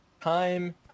time